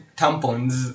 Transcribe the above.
tampons